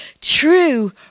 true